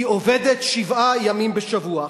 היא עובדת שבעה ימים בשבוע.